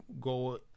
go